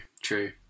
true